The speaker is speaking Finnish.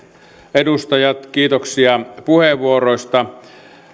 edustajat kiitoksia puheenvuoroista